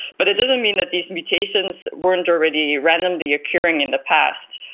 but it doesn't mean that these mutations weren't already randomly occurring in the past.